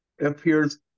appears